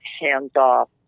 hands-off